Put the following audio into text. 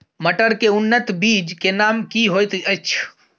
मटर के उन्नत बीज के नाम की होयत ऐछ?